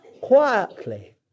quietly